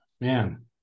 man